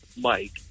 mike